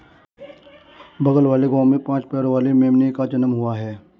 बगल वाले गांव में पांच पैरों वाली मेमने का जन्म हुआ है